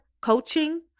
coaching